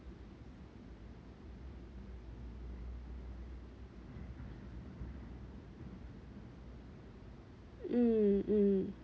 mm mm